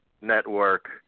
network